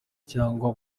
cyangwa